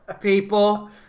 people